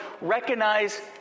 recognize